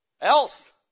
else